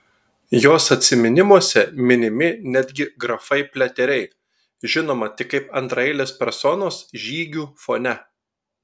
jos atsiminimuose minimi netgi grafai pliateriai žinoma tik kaip antraeilės personos žygių fone